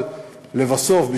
אבל לבסוף,